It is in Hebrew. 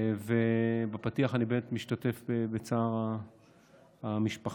בפתיחה, אני באמת משתתף בצער המשפחה.